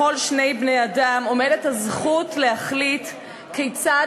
לכל שני בני-אדם עומדת הזכות להחליט כיצד